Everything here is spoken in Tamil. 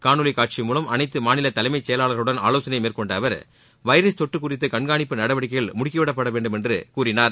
காணொலி காட்சி மூலம் அனைத்து மாநில தலைமைச்செயலர்களடன் ஆவோசனை மேற்கொண்ட அவர் வைரஸ் தொற்று குறித்து கண்காணிப்பு நடவடிக்கைகள் முடுக்கிவிடப்பட வேண்டுமென்று கூறினார்